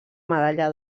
medalla